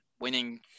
winning